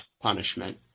punishment